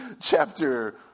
chapter